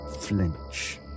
flinch